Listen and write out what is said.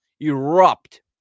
erupt